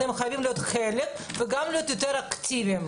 אתם חייבים להיות חלק וגם להיות יותר אקטיביים,